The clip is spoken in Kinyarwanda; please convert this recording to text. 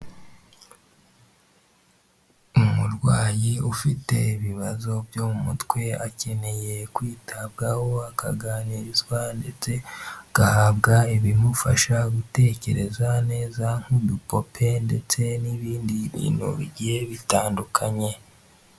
Umurwayi ufite ibibazo byo mu mutwe, akeneye kwitabwaho akaganirizwa ndetse agahabwa ibimufasha gutekereza neza, nk'udupope ndetse n'ibindi bintu bigiye bitandukanye.